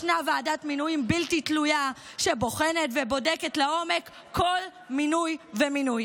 ישנה ועדת מינויים בלתי תלויה שבוחנת ובודקת לעומק כל מינוי ומינוי.